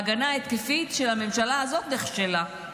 ההגנה ההתקפית של הממשלה הזאת נכשלה.